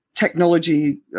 technology